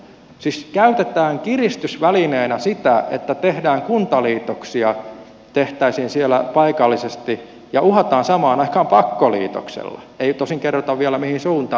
siis käytetään kiristysvälineenä sitä että tehtäisiin kuntaliitoksia siellä paikallisesti ja uhataan samaan aikaan pakkoliitoksella ei tosin kerrota vielä mihin suuntaan